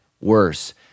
worse